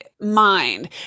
mind